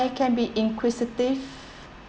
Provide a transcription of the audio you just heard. can be inquisitive